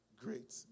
great